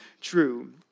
true